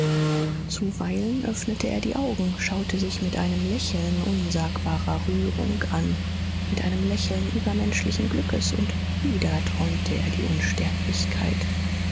zuweilen öffnete er die augen schaute sich mit einem lächeln unsagbarer rührung an mit einem lächeln übermenschlichen glückes und wieder träumte er die unsterblichkeit